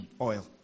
oil